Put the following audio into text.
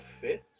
fit